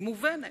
היא מובנת,